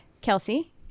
Kelsey